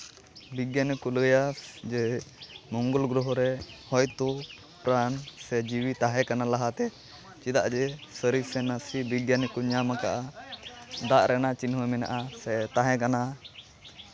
ᱵᱤᱜᱽᱜᱟᱱᱤ ᱠᱚ ᱞᱟᱹᱭᱟ ᱡᱮ ᱢᱚᱝᱜᱚᱞ ᱜᱨᱚᱦᱚ ᱨᱮ ᱦᱚᱭᱛᱚ ᱯᱨᱟᱱ ᱥᱮ ᱡᱤᱣᱤ ᱛᱟᱦᱮᱸ ᱠᱟᱱᱟ ᱞᱟᱦᱟᱛᱮ ᱪᱮᱫᱟᱜ ᱡᱮ ᱥᱟᱹᱨᱤ ᱥᱮ ᱱᱟᱥᱮ ᱵᱤᱜᱽᱜᱟᱱᱤ ᱠᱚ ᱧᱟᱢ ᱠᱟᱜᱼᱟ ᱫᱟᱜ ᱨᱮᱱᱟᱜ ᱪᱤᱱᱦᱟᱹ ᱢᱮᱱᱟᱜᱼᱟ ᱥᱮ ᱛᱟᱦᱮᱸ ᱠᱟᱱᱟ